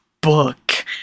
book